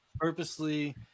purposely